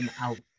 out